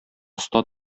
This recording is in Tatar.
оста